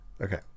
okay